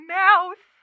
mouth